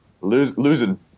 Losing